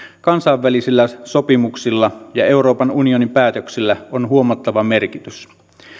kansainvälisillä sopimuksilla ja euroopan unionin päätöksillä on huomattava merkitys